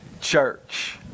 church